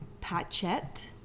Patchett